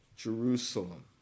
Jerusalem